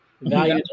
Value